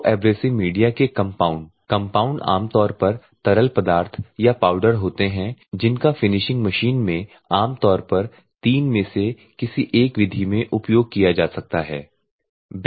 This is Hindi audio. तो एब्रेसिव मीडिया के कम्पाउन्ड कम्पाउन्ड आम तौर पर तरल पदार्थ या पाउडर होते हैं जिनका फिनिशिंग मशीन में आमतौर पर तीन में से किसी एक विधि में उपयोग किया जा सकता है